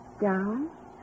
Down